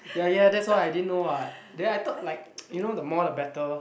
ya ya that's why I didn't know what then I thought like you know the more the better